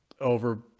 over